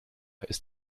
ist